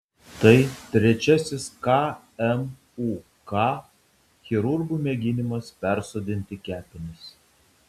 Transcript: tai trečiasis kmuk chirurgų mėginimas persodinti kepenis